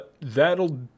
that'll